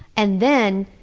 and then,